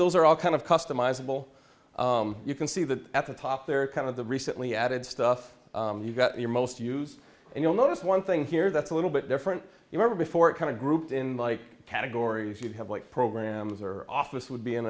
those are all kind of customizable you can see that at the top there are kind of the recently added stuff you've got your most use and you'll notice one thing here that's a little bit different you never before it kind of grouped in like categories you have like programs or office would be in